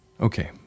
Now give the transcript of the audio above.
Okay